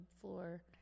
floor